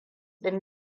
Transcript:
ɗin